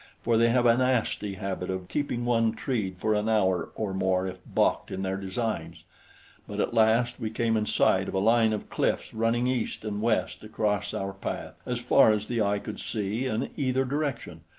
for they have a nasty habit of keeping one treed for an hour or more if balked in their designs but at last we came in sight of a line of cliffs running east and west across our path as far as the eye could see in either direction,